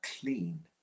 clean